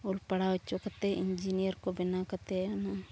ᱚᱞ ᱯᱟᱲᱦᱟᱣ ᱦᱚᱪᱚ ᱠᱟᱛᱮᱫ ᱤᱧᱡᱤᱱᱤᱭᱟᱨ ᱠᱚ ᱵᱮᱱᱟᱣ ᱠᱟᱛᱮᱫ ᱚᱱᱟ